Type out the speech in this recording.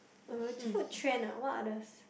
uh food trend lah what others